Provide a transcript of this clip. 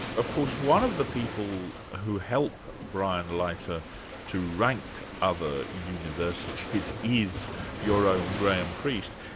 of course one of the people who help brian leiter to rank other universities is your own graham priest.